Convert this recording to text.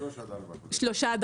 שלושה עד ארבעה חודשים.